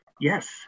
Yes